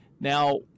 Now